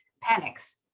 panics